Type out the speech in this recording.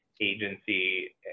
agency